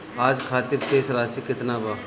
आज खातिर शेष राशि केतना बा?